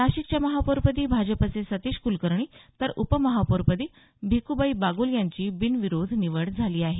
नाशिकच्या महापौरपदी भाजपचे सतीश कुलकर्णी तर उपमहापौरपदी भिकुबाई बागुल यांची बिनविरोध निवड झाली आहे